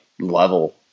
level